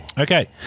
Okay